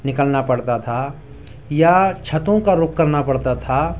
نکلنا پڑتا تھا یا چھتوں کا رُخ کرنا پڑتا تھا